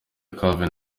calvin